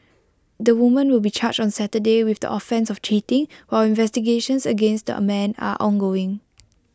the woman will be charged on Saturday with the offence of cheating while investigations against the man are ongoing